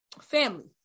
family